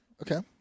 Okay